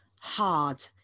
hard